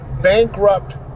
bankrupt